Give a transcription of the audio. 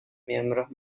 miembros